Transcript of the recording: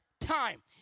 time